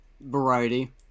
variety